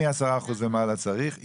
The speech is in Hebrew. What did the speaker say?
למעלה מכך כן.